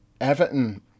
Everton